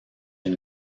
une